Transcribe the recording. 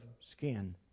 skin